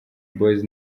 boys